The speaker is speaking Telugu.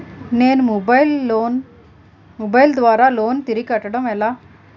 నేను మొబైల్ ద్వారా లోన్ తిరిగి కట్టడం ఎలా?